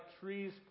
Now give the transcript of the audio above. trees